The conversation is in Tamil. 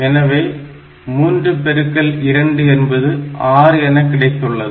எனவே 3 பெருக்கல் 2 என்பது 6 என கிடைத்துள்ளது